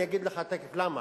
ואני אגיד לך תיכף למה.